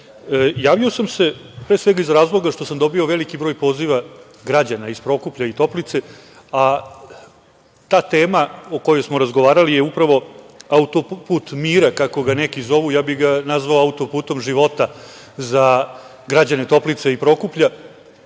javio sam se iz razloga što sam dobio veliki broj poziva građana iz Prokuplja i Toplice, a ta tema o kojoj smo razgovarali je upravo „autoput mira“, kako ga neki zovu, a ja bih ga nazvao „autoputom života“ za građane Toplice i Prokuplja. Ono